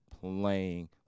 playing